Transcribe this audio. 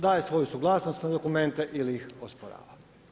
Daje svoju suglasnost na dokumente ili ih osporava.